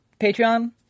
Patreon